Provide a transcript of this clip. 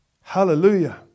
Hallelujah